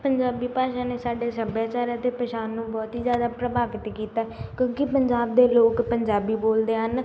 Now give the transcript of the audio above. ਪੰਜਾਬੀ ਭਾਸ਼ਾ ਨੇ ਸਾਡੇ ਸੱਭਿਆਚਾਰ ਅਤੇ ਪਛਾਣ ਨੂੰ ਬਹੁਤ ਹੀ ਜ਼ਿਆਦਾ ਪ੍ਰਭਾਵਿਤ ਕੀਤਾ ਕਿਉਂਕਿ ਪੰਜਾਬ ਦੇ ਲੋਕ ਪੰਜਾਬੀ ਬੋਲਦੇ ਹਨ